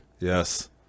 Yes